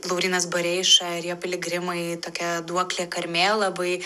laurynas bareiša ir jo piligrimai tokia duoklė karmėlavai